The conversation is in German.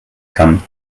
kann